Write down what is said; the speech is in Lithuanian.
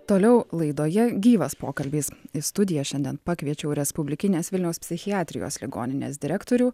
toliau laidoje gyvas pokalbis į studiją šiandien pakviečiau respublikinės vilniaus psichiatrijos ligoninės direktorių